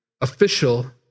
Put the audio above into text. official